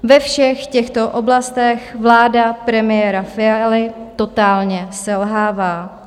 Ve všech těchto oblastech vláda premiéra Fialy totálně selhává.